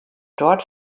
dort